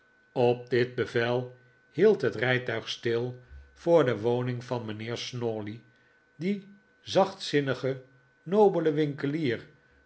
op dit bevel hield het rijtuig stil voor de woning van mijnheer snawley den zachtzinnigen nobelen winkelier